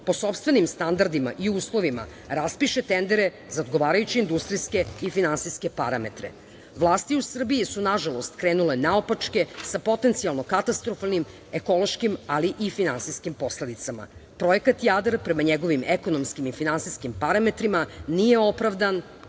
po sopstvenim standardima i uslovima, raspiše tendere za odgovarajuće industrijske i finansijske parametre. Vlasti u Srbiji su, nažalost, krenule naopačke, sa potencijalno katastrofalnim ekološkim, ali i finansijskim posledicama. Projekat Jadar, prema njegovim ekonomskim i finansijskim parametrima, nije opravdan